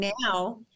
now